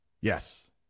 yes